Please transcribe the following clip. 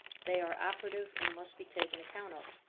they are operative and must be taken account of.